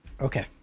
Okay